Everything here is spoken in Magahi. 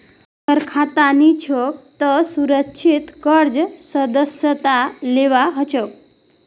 अगर खाता नी छोक त सुरक्षित कर्जेर सदस्यता लिबा हछेक